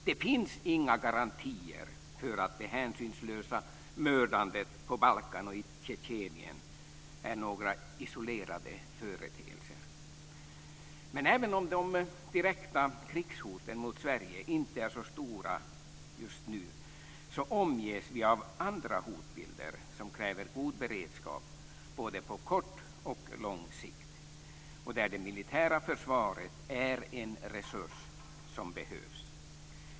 Det finns inga garantier för att det hänsynslösa mördandet på Balkan och i Tjetjenien är några isolerade företeelser. Men även om de direkta krigshoten mot Sverige inte är så stora just nu omges vi av andra hotbilder som kräver god beredskap på både kort och lång sikt och där det militära försvaret är en resurs som behövs.